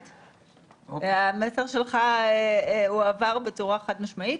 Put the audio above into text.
המסר שלך הועבר בצורה חד-משמעית.